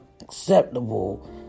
acceptable